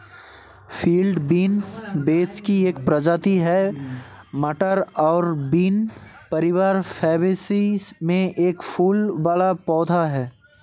field beans vetch की एक प्रजाति है, मटर और बीन परिवार फैबेसी में एक फूल वाला पौधा है